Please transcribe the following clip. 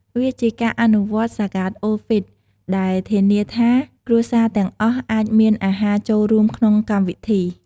វាជាការអនុវត្តន៍ហ្សាកាតអ៊ុលហ្វីត្រ ដែលធានាថា គ្រួសារទាំងអស់អាចមានអាហារចូលរួមក្នុងកម្មវិធី។